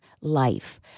life